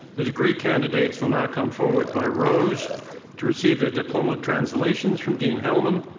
the degree candidates will now come forward by rows to receive their diploma translations from dean hellman,